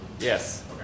Yes